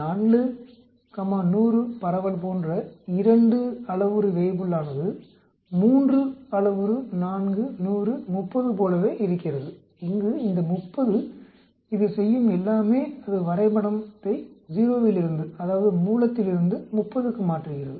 4100 பரவல் போன்ற 2 அளவுரு வேய்புல்லானது 3 அளவுரு 4100 30 போலவே இருக்கிறது இங்கு இந்த 30 இது செய்யும் எல்லாமே அது வரைபடத்தை 0 இலிருந்து அதாவது மூலத்திலிருந்து 30க்கு மாற்றுகிறது